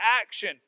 action